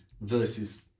versus